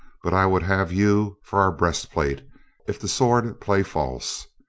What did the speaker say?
but i would have you for our breastplate if the sword play false.